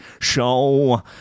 Show